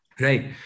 Right